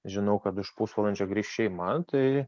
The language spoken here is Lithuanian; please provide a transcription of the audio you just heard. žinau kad už pusvalandžio grįš šeima tai